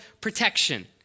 protection